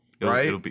Right